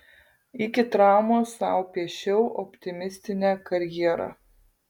iki traumos sau piešiau optimistinę karjerą